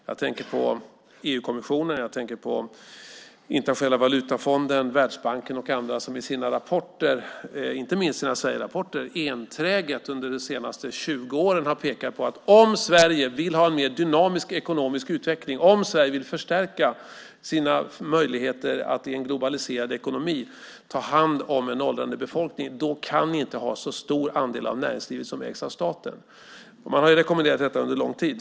Jag tänker på EU-kommissionen, Internationella valutafonden, Världsbanken och andra som i sina rapporter, inte minst sina Sverigerapporter, enträget under de senaste 20 åren har pekat på att om Sverige vill ha en mer dynamisk ekonomisk utveckling, om Sverige vill förstärka sina möjligheter att i en globaliserad ekonomi ta hand om en åldrande befolkning, kan vi inte ha en så stor andel av näringslivet som ägs av staten. Man har rekommenderat detta under lång tid.